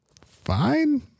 fine